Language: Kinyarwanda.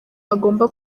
agomba